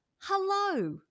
hello